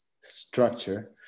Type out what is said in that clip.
structure